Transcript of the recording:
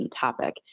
topic